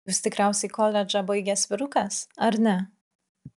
jūs tikriausiai koledžą baigęs vyrukas ar ne